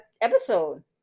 episode